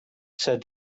said